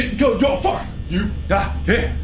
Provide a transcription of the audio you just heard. go go far. yeah. yeah. hey,